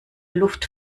luft